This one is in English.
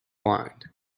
blind